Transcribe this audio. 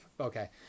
Okay